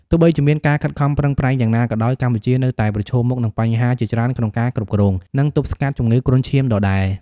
ទោះបីជាមានការខិតខំប្រឹងប្រែងយ៉ាងណាក៏ដោយ កម្ពុជានៅតែប្រឈមមុខនឹងបញ្ហាជាច្រើនក្នុងការគ្រប់គ្រង និងទប់ស្កាត់ជំងឺគ្រុនឈាមដដែល។